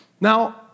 Now